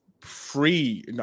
free